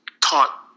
taught